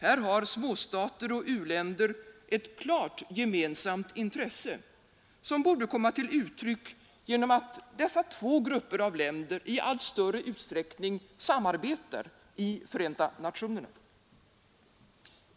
Här har småstater och u-länder ett klart gemensamt intresse, som borde komma till uttryck genom att dessa två grupper av länder i allt större utsträckning samarbetar i Förenta nationerna.